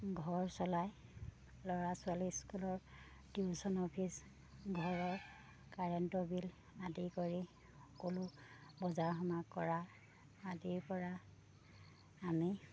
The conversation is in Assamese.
ঘৰ চলাই ল'ৰা ছোৱালী স্কুলৰ টিউশ্যন অফিচ ঘৰৰ কাৰেণ্টৰ বিল আদি কৰি সকলো বজাৰ সমাৰ কৰা আদিৰ পৰা আমি